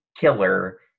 killer